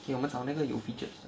K 我们找那个个有 fidget 的